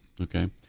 Okay